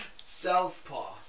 Southpaw